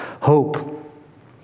hope